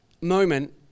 moment